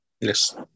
Yes